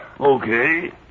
Okay